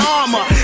armor